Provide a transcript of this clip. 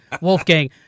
Wolfgang